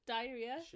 Diarrhea